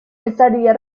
estaría